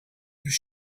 their